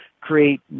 create